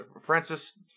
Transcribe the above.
Francis